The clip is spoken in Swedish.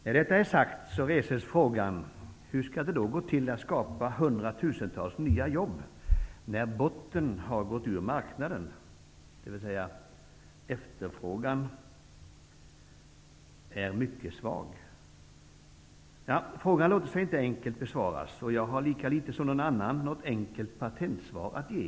När detta är sagt reses frågan hur det skall gå till att skapa hundratusentals nya jobb när botten har gått ur marknaden, dvs. när efterfrågan är mycket svag? Frågan låter sig inte enkelt besvaras, och jag har lika litet som någon annan något enkelt patentsvar att ge.